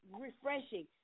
refreshing